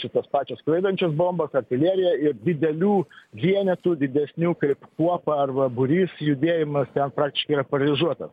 šitos pačios skraidančios bombos artilerija ir didelių vienetų didesnių kaip kuopa arba būrys judėjimas ten praktiškai yra paralyžiuotas